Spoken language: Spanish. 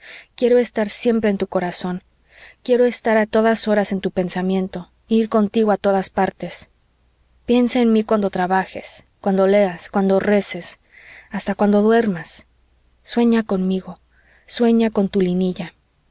quiero estar siempre en tu corazón quiero estar a todas horas en tu pensamiento ir contigo a todas partes piensa en mí cuando trabajes cuando leas cuando reces hasta cuando duermas sueña conmigo sueña con tu